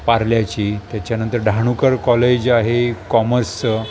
पारल्याची त्याच्यानंतर डहाणुकर कॉलेज आहे कॉमर्स